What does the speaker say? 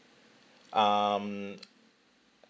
um